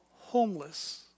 homeless